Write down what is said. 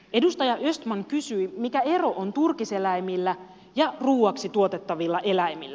edustaja östman kysyi mikä ero on turkiseläimillä ja ruuaksi tuotettavilla eläimillä